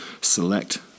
select